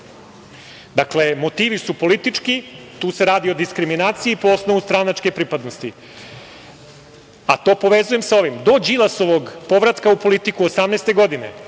motivi su politički, tu se radi o diskriminaciji po osnovu stranačke pripadnosti, a to povezujem sa ovim. Do Đilasovog povratka u politiku 2018. godine